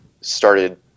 started